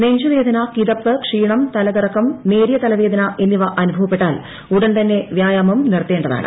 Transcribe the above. നെഞ്ചുവേദന കിതപ്പ് ക്ഷീണം തലകറക്കം നേരിയ തലവേദന എന്നിവ അനുഭവപ്പെട്ടാൽ ഉടൻ തന്നെ വ്യായാമം നിർത്തേണ്ടതാണ്